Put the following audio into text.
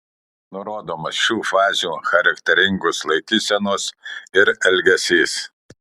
nurodomos šių fazių charakteringos laikysenos ir elgesys